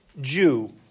Jew